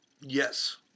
Yes